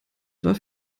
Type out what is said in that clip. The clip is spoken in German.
war